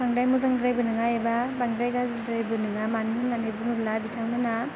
बांद्राय मोजांद्रायबो नङा एबा बांद्राय गाज्रिद्रायबो नङा मानो होननानै बुङोब्ला बिथांमोन